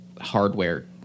hardware